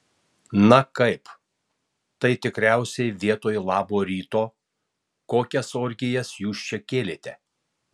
na kaip tai tikriausiai vietoj labo ryto kokias orgijas jūs čia kėlėte